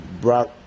Brock